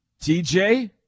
TJ